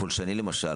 פולשני למשל,